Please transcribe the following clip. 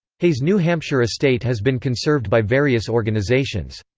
hay's new hampshire estate has been conserved by various organizations.